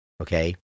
okay